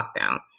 lockdown